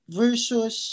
versus